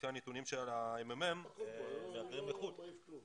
לפי הנתונים של הממ"מ, מהגרים לחו"ל